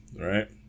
right